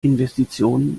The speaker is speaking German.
investitionen